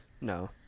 No